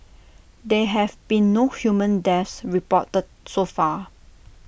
there have been no human deaths reported so far